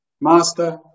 master